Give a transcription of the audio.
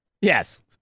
Yes